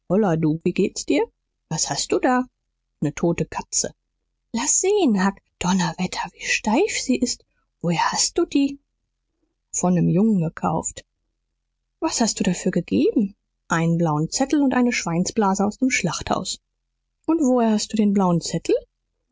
du wie geht's dir was hast du da ne tote katze laß sehen huck donnerwetter wie steif sie ist woher hast du die von nem jungen gekauft was hast du dafür gegeben einen blauen zettel und eine schweinsblase aus dem schlachthaus und woher hattest du den blauen zettel